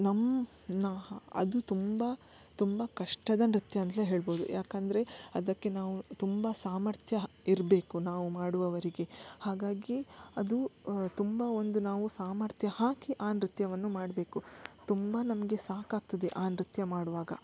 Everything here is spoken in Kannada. ನಮ್ಮ ಅದು ತುಂಬ ತುಂಬ ಕಷ್ಟದ ನೃತ್ಯ ಅಂತಲೇ ಹೇಳ್ಬೋದು ಯಾಕಂದರೆ ಅದಕ್ಕೆ ನಾವು ತುಂಬ ಸಾಮರ್ಥ್ಯ ಇರಬೇಕು ನಾವು ಮಾಡುವವರಿಗೆ ಹಾಗಾಗಿ ಅದು ತುಂಬ ಒಂದು ನಾವು ಸಾಮರ್ಥ್ಯ ಹಾಕಿ ಆ ನೃತ್ಯವನ್ನು ಮಾಡಬೇಕು ತುಂಬ ನಮಗೆ ಸಾಕಾಗ್ತದೆ ಆ ನೃತ್ಯ ಮಾಡುವಾಗ